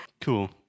Cool